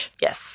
Yes